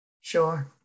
Sure